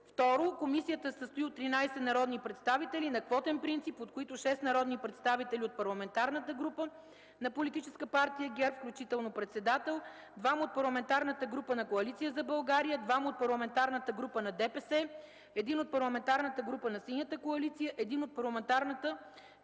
2. Комисията се състои от 13 народни представители на квотен принцип, от които шест народни представители от Парламентарната група на Политическа партия ГЕРБ, включително председател, двама от Парламентарната група на Коалиция за България, двама от Парламентарната група на ДПС, един от Парламентарната група на Синята коалиция, един от Парламентарната